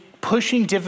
pushing